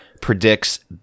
predicts